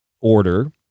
order